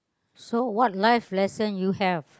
so what life lesson you have